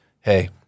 hey